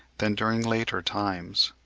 than during later times.